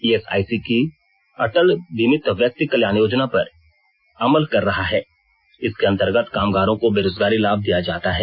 ई SIC Atal बीमित व्यक्ति कल्याण योजना पर अमल कर रहा है जिसके अंतर्गत कामगारों को बेरोजगारी लाभ दिया जाता है